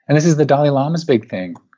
and this is the dalai lama's big thing,